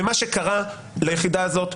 ומה שקרה ליחידה הזאת,